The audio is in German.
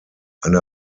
eine